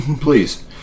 Please